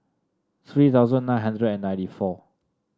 three thousand nine hundred and ninety four